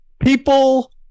People